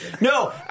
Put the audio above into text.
No